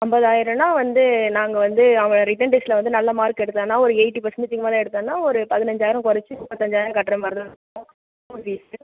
ஐம்பதாயிரம்னா வந்து நாங்கள் வந்து அவனை ரிட்டன் டெஸ்ட்டில் வந்து நல்ல மார்க் எடுத்தான்னா ஒரு எயிட்டி பர்ஸன்டேஜ்க்கு மேல் எடுத்தான்னா ஒரு பதினஞ்சாயிரம் குறைச்சி முப்பத்தஞ்சாயிரம் கட்டுகிற மாதிரி தான் இருக்கும் ஃபீஸ்